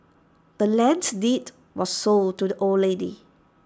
the land's deed was sold to the old lady